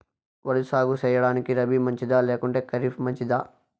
వరి సాగు సేయడానికి రబి మంచిదా లేకుంటే ఖరీఫ్ మంచిదా